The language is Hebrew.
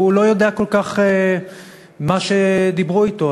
והוא לא ידע כל כך מה שדיברו אתו,